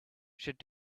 should